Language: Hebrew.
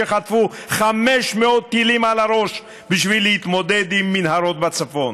שחטפו 500 טילים על הראש בשביל להתמודד עם מנהרות בצפון.